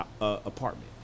apartment